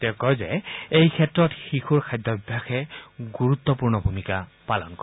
তেওঁ কয় যে এইক্ষেত্ৰত শিশুৰ খদ্যাভাসে গুৰুত্বপূৰ্ণ ভূমিকা পালন কৰে